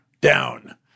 down